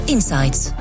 Insights